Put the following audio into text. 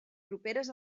properes